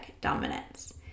dominance